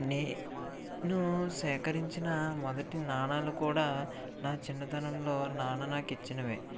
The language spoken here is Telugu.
నేను సేకరించిన మొదటి నాణాలు కూడా నా చిన్నతనంలో నాన్న నాకు ఇచ్చినవే